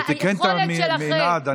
הוא תיקן את המנעד.